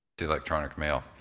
electronic mail.